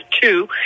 two